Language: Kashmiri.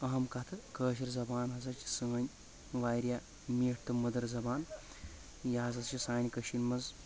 اہم کتھٕ کٲشِر زبان ہسا چھِ سٲنۍ واریاہ میٖٹھ تہٕ مٔدٕر زبان یہِ ہسا چھِ سانہِ کٔشیٖرِ منٛز